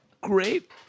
great